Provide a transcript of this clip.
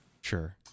Sure